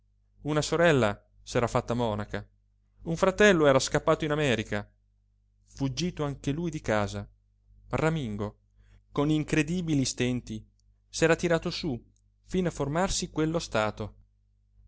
una sorella s'era fatta monaca un fratello era scappato in america fuggito anche lui di casa ramingo con incredibili stenti s'era tirato sú fino a formarsi quello stato